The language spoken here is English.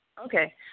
Okay